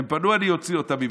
אני אוציא אותם ממצרים.